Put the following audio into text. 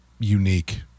unique